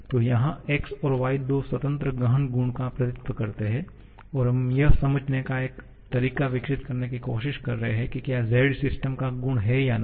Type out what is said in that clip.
तो यहाँ x और y दो स्वतंत्र गहन गुणों का प्रतिनिधित्व करते हैं और हम यह समझने का एक तरीका विकसित करने की कोशिश कर रहे हैं कि क्या z सिस्टम का गुण है या नहीं